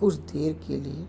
کچھ دیر کے لیے